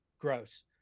gross